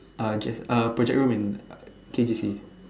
uh just uh project room in K_D_C